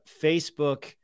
Facebook